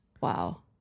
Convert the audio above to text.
Wow